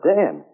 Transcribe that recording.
Dan